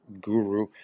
guru